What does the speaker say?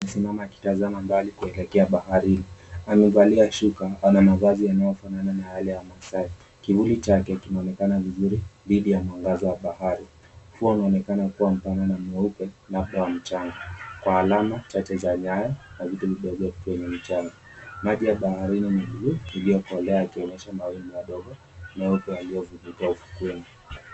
Amesimama akitazama mbali kuelekea baharini. Amevalia shuka, ana mavazi yaliyofanana na yale ya masai. Kivuli chake kinaonekana vizuri dhidi ya mwangaza wa bahari. Ufuo unaonekana kuwa mpana na mweupe, labda wa mchanga. Kuna alama chache za nyayo na vitu vidogo kwenye mchanga. Maji ya baharini ni buluu iliyokolea yakionyesha mawimbi madogo nayopo yaliyovunjika ufukweni.